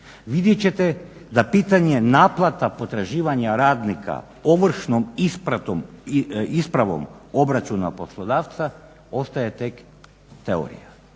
vidjet ćete da pitanje naplata potraživanja radnika ovršnom ispravom obračuna poslodavca ostaje tek teorija,